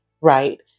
Right